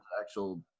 actual